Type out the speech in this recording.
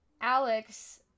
alex